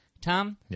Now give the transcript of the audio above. Tom